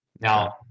Now